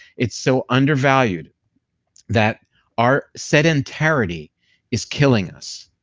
it's so undervalued that our sedentarity is killing us.